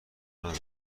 ندارم